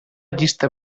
llista